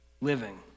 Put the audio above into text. living